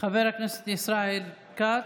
חבר הכנסת ישראל כץ,